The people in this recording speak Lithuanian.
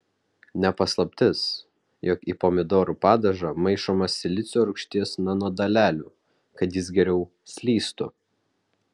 ne paslaptis jog į pomidorų padažą maišoma silicio rūgšties nanodalelių kad jis geriau slystų